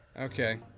Okay